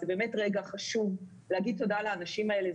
זה באמת רגע חשוב לומר תודה לאנשים האלה.